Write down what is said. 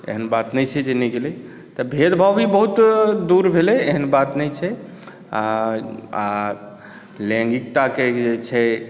एहन बात नहि छै जे नहि गेलै तऽ भेद भाव भी बहुत दूर भेलै एहन बात नहि छै आ आ लैंगिकताके जे छै